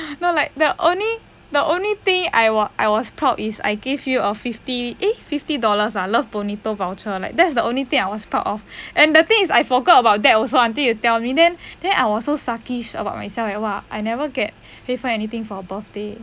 no like the only the only thing I was I was proud is I give you a fifty eh fifty dollars ah Love Bonito voucher like that's the only thing I was proud of and the thing is I forgot about that also until you tell me then I was so suckish about myself eh !wah! I never get hui fen anything for her birthday